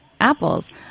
apples